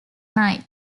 night